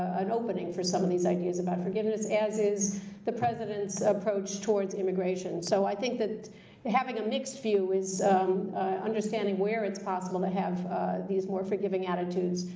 an opening for some of these ideas about forgiveness, as is the president's approach towards immigration. so i think that having a mixed view is understanding where it's possible to have these more forgiving attitudes,